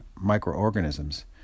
microorganisms